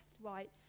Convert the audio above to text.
right